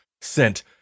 sent